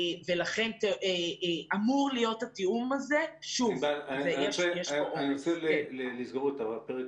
לכן אמור להיות התיאום הזה.ף אני רוצה לסגור את הפרק